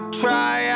try